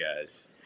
guys